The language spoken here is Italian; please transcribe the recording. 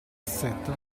assetto